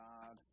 God